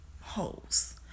holes